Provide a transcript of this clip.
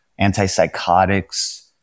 antipsychotics